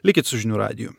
likit su žinių radiju